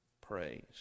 praise